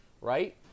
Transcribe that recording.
right